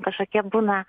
kažkokie būna